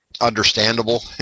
understandable